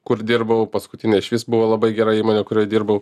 kur dirbau paskutinė išvis buvo labai gera įmonė kurioj dirbau